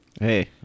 Hey